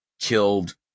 killed